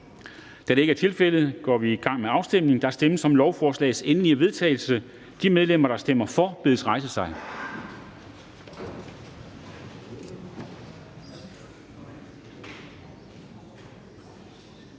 Afstemning Formanden (Henrik Dam Kristensen): Der stemmes om lovforslagets endelige vedtagelse. De medlemmer, der stemmer for, bedes rejse sig.